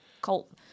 cult